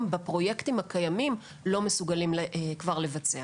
בפרויקטים הקיימים לא מסוגלים כבר לבצע.